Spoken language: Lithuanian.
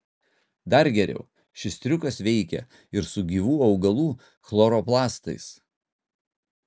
dar geriau šis triukas veikia ir su gyvų augalų chloroplastais